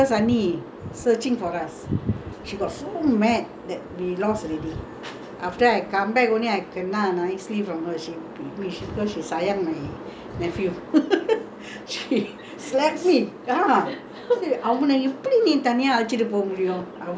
after I come back only I kena nicely from her she because she sayang my nephew she slapped me ah அவன எப்டி நீ தனியா அழைச்சிட்டு போமுடியும் அவளோ தூரத்துக்கு:avana epdi nee taniya azhaichittu po mudiyum avalo thoorathuku redhill வரைக்கு:varaikku I walked from prince charles square to redhill carry him